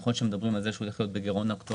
נכון שמדברים על זה שהוא הולך להיות בגירעון אקטוארי,